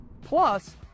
Plus